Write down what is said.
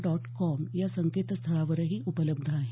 dot com या संकेतस्थळावरही उपलब्ध आहे